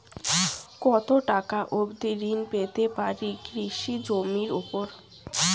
কত টাকা অবধি ঋণ পেতে পারি কৃষি জমির উপর?